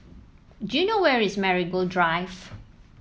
do you know where is Marigold Drive